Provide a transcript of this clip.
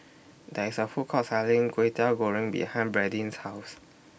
There IS A Food Court Selling Kway Teow Goreng behind Bradyn's House